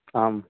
आम्